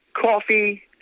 coffee